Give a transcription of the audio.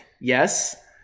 yes